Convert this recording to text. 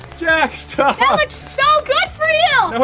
jack stop! that looks so good for you.